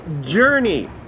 Journey